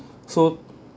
so